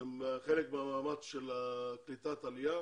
זה חלק מהמאמץ של קליטת העלייה